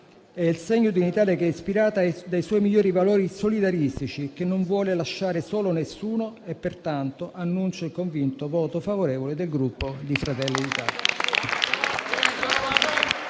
È il segno di un'Italia ispirata dai suoi migliori valori solidaristici e che non vuole lasciare solo nessuno. Pertanto annuncio il convinto voto favorevole del Gruppo Fratelli d'Italia.